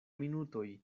minutoj